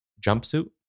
jumpsuit